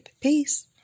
Peace